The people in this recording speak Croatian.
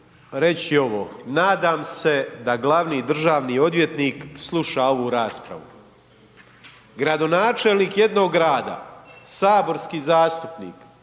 reći ovo, nadam se da glavni državni odvjetnik sluša ovu raspravu. Gradonačelnik jednog grada, saborski zastupnik